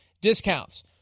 discounts